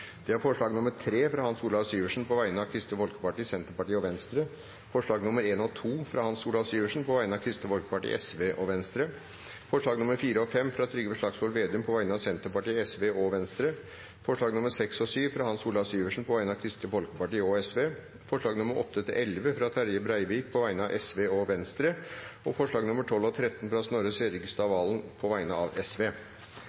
Det er forslag nr. 3, fra Hans Olav Syversen på vegne av Kristelig Folkeparti, Senterpartiet og Venstre forslagene nr. 1 og 2, fra Hans Olav Syversen på vegne av Kristelig Folkeparti, Sosialistisk Venstreparti og Venstre forslagene nr. 4 og 5, fra Trygve Slagsvold Vedum på vegne av Senterpartiet, Sosialistisk Venstreparti og Venstre forslagene nr. 6 og 7, fra Hans Olav Syversen på vegne av Kristelig Folkeparti og Sosialistisk Venstreparti forslagene nr. 8–11, fra Terje Breivik på vegne av Sosialistisk Venstreparti og Venstre forslagene nr. 12 og 13, fra Snorre Serigstad Valen på vegne av